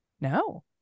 No